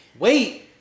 Wait